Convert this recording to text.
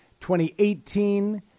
2018